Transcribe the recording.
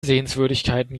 sehenswürdigkeiten